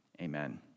Amen